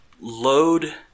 load